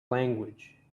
language